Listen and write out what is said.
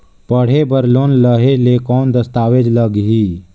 पढ़े बर लोन लहे ले कौन दस्तावेज लगही?